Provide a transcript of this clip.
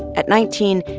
at nineteen,